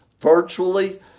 virtually